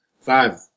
Five